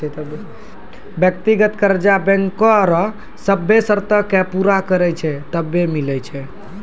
व्यक्तिगत कर्जा बैंको रो सभ्भे सरतो के पूरा करै छै तबै मिलै छै